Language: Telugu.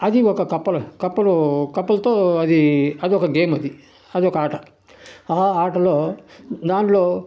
అదీ ఒక కప్పలు కప్పలు కప్పలతో అదీ అది ఒక గేమ్ అది అది ఒక ఆట ఆ ఆటలో దాన్లో